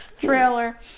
trailer